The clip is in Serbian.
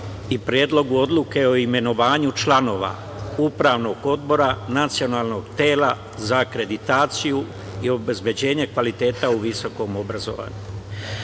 i Predlogu odluke o imenovanju članova Upravnog odbora Nacionalnog tela za akreditaciju i obezbeđenje kvaliteta u visokom obrazovanju. Kada